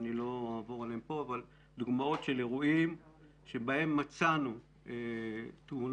שלא אעבור עליהן כאן של אירועים בהם מצאנו תאונות